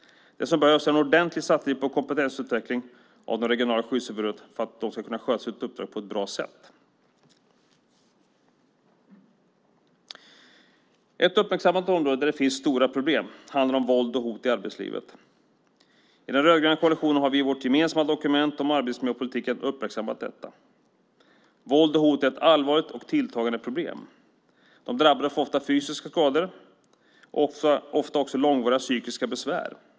Det som behövs är en ordentlig satsning på kompetensutveckling av de regionala skyddsombuden för att de ska kunna sköta sitt uppdrag på ett bra sätt. Ett uppmärksammat område där det finns stora problem handlar om våld och hot i arbetslivet. I den rödgröna koalitionen har vi i vårt gemensamma dokument om arbetsmiljöpolitiken uppmärksammat detta. Våld och hot är ett allvarligt och tilltagande problem. De drabbade får ofta fysiska skador och långvariga psykiska besvär.